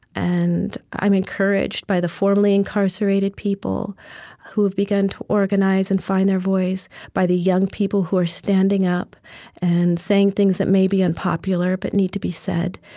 and i'm encouraged by the formerly incarcerated people who've begun to organize and find their voice, by the young people who are standing up and saying things that may be unpopular, but need to be said,